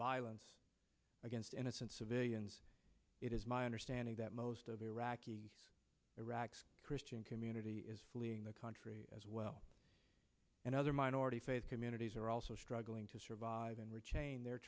violence against innocent civilians it is my understanding that most of iraqis iraq's christian community is fleeing the country as well and other minority faith communities are also struggling to survive and retain their